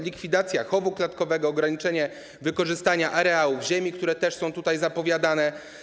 Likwidacja chowu klatkowego, ograniczenie wykorzystania areałów ziemi, które też jest zapowiadane.